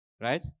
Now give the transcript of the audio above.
Right